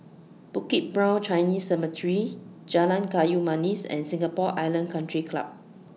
Bukit Brown Chinese Cemetery Jalan Kayu Manis and Singapore Island Country Club